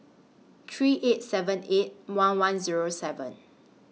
three eight seven eight one one Zero seven